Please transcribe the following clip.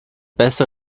beste